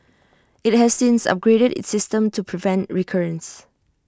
IT has since upgraded its system to prevent recurrence